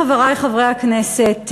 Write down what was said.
חברי חברי הכנסת,